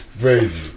Crazy